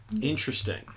Interesting